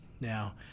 Now